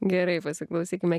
gerai pasiklausykime